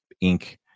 ink